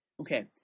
Okay